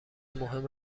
مهم